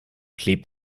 klebt